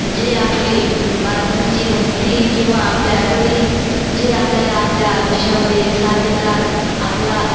जे आपली बालपणीची दोस्ती किंवा आपले आईवडील जे आपल्याला आपल्या आयुष्यामध्ये साथ देतात आपला